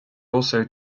also